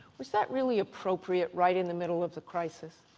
was that really appropriate right in the middle of the crisis?